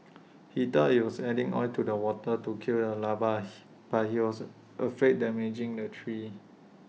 he thought he was adding oil to the water to kill the larvae he but he was afraid damaging the tree